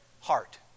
heart